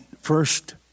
first